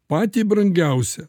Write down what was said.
patį brangiausią